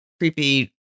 creepy